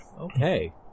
Okay